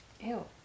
Ew